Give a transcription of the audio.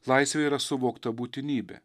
laisvė yra suvokta būtinybė